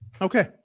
Okay